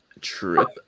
Trip